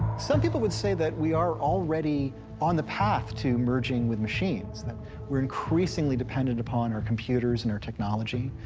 some people would say that we are already on the path to merging with machines, that we're increasingly dependent upon our computers and our technology,